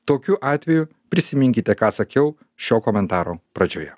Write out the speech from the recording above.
tokiu atveju prisiminkite ką sakiau šio komentaro pradžioje